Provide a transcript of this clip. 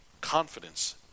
confidence